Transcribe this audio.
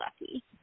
lucky